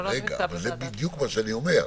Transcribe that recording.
זה בדיוק מה שאני אומר,